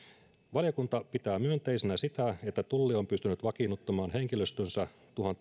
valiokunta pitää myönteisenä sitä että tulli on pystynyt vakiinnuttamaan henkilöstönsä